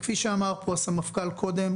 כפי שאמר פה הסמפכ"ל קודם,